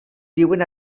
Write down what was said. viuen